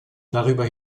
darüber